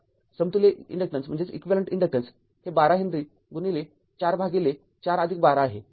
समतुल्य इन्डक्टन्स हे १२ H ४ भागिले ४१२ आहे